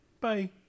Bye